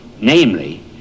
namely